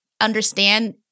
understand